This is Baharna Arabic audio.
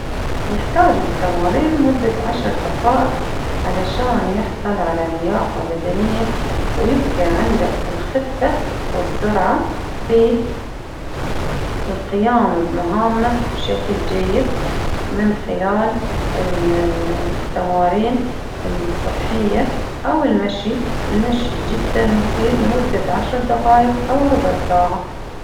يحتاج التمارين مدة عشر دقائق، علشان يحصل على لياقة بدنية، ويبقى عنده الخفة والسرعة في القيام بمهامه بشكل جيد، من خلال التمارين ال-صحية ،أو المشي المشي جدا مفيد لمدة عشر دقايق أو ربع ساعة.